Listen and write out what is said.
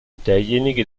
derjenige